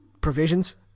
provisions